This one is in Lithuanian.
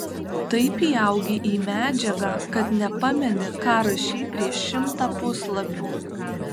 taip įaugi į medžiagą kad nepameni ką rašei prieš šimtą puslapių